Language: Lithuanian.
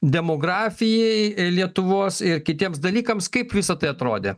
demografijai lietuvos ir kitiems dalykams kaip visa tai atrodė